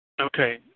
Okay